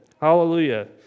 Hallelujah